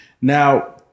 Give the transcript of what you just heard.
Now